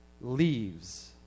leaves